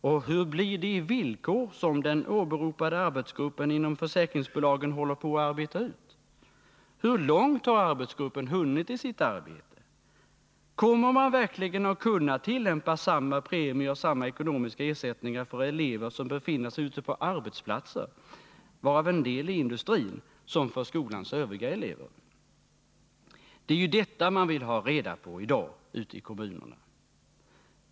Och hur blir de villkor som den åberopade arbetsgruppen inom försäkringsbolagen håller på att arbeta ut? Hur långt har arbetsgruppen hunnit i sitt arbete? Kommer man verkligen att kunna fastställa samma premier och samma ekonomiska ersättningar för elever som befinner sig ute på arbetsplatser — en del i industrin — som för skolans övriga elever? Det är detta man vill ha reda på i dag ute i kommunerna.